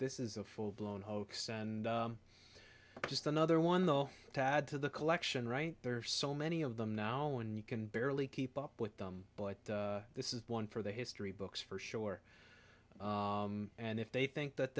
this is a full blown hoax and just another one though to add to the collection right there are so many of them now when you can barely keep up with them but this is one for the history books for sure and if they think that